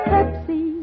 Pepsi